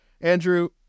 Andrew